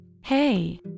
Hey